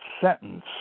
sentence